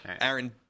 Aaron